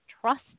trust